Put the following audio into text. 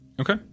Okay